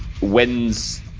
wins